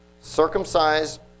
circumcised